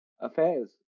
affairs